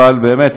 אבל באמת,